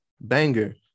banger